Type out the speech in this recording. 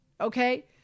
okay